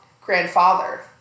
Grandfather